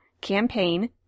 Campaign